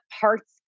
parts